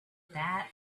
that